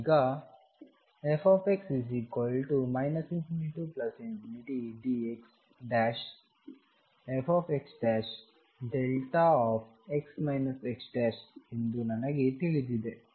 ಈಗ fx ∞dxfxδx x ಎಂದು ನನಗೆ ತಿಳಿದಿದೆ